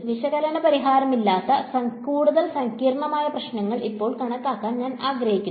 വിശകലന പരിഹാരമില്ലാത്ത കൂടുതൽ സങ്കീർണമായ പ്രശ്നങ്ങൾ ഇപ്പോൾ കണക്കാക്കാൻ ഞാൻ ആഗ്രഹിക്കുന്നു